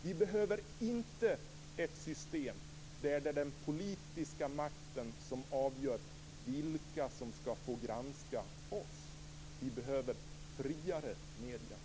Vi behöver inte ett system där det är den politiska makten som avgör vilka som skall få granska oss. Vi behöver friare medier.